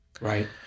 Right